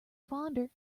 fonder